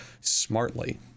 smartly